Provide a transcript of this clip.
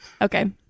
Okay